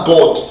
God